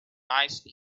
ice